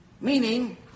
Meaning